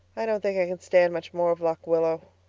i don't think i can stand much more of lock willow.